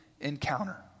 encounter